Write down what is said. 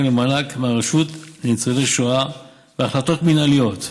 למענק מהרשות לניצולי שואה בהחלטות מינהליות,